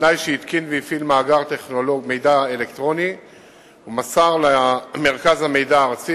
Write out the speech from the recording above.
בתנאי שהתקין והפעיל מאגר מידע אלקטרוני ומסר למרכז המידע הארצי,